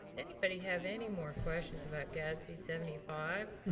anybody have any more questions about gasb seventy five?